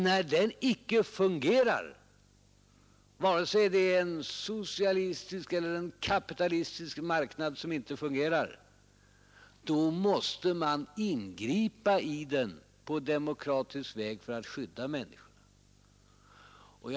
När den icke fungerar, så måste man — vare sig det är en socialistisk eller kapitalistisk marknad — ingripa i den på demokratisk väg för att skydda människorna.